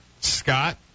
Scott